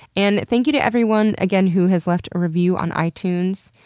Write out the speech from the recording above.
and thank you to everyone again who has left a review on itunes,